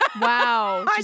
wow